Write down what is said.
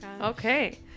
Okay